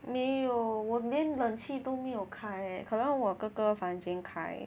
没有我连冷气都没有 leh 可能我哥哥房间开